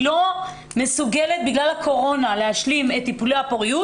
לא מסוגלת בגלל הקורונה להשלים את טיפולי הפוריות